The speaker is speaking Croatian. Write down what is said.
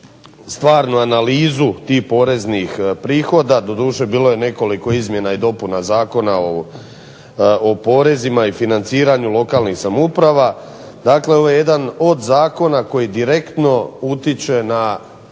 stvarnu analizu tih poreznih prihoda. Doduše bilo je nekoliko izmjena i dopuna Zakona o porezima i financiranju lokalnih samouprava, dakle ovo je jedan od zakona koji direktno utiče na